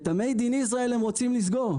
את זה הם רוצים לסגור.